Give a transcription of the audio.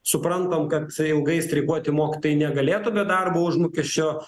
suprantam kad ilgai streikuoti mokytojai negalėtų be darbo užmokesčio